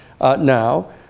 now